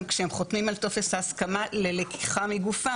כשהם חותמים על טופס ההסכמה ללקיחה מגופם.